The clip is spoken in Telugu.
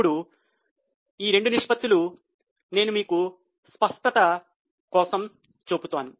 ఇప్పుడు నేను ఈ రెండు నిష్పత్తులు మీకు మరింత స్పష్టత కోసం చూపుతాను